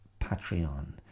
Patreon